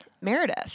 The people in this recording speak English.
Meredith